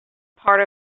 part